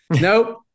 Nope